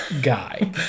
guy